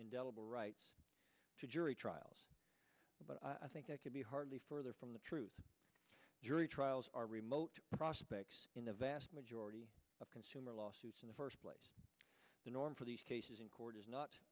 indelible rights to jury trials but i think i could be hardly further from the truth during trials are remote prospects in the vast majority of consumer lawsuits in the first place the norm for these cases in court is not